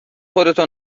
خودتو